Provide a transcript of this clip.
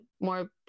more